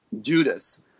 Judas